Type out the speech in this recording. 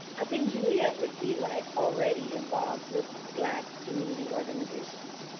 i think juliet would be like already involved with black community organizations,